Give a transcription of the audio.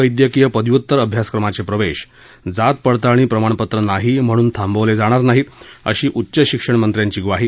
वैद्यकीय पदव्युत्तर अभ्यासक्रमाचे प्रवेश जात पडताळणी प्रमाणपत्र नाही म्हणून थांबवले जाणार नाहीत अशी उच्च शिक्षण मंत्र्यांची ग्वाही